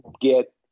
get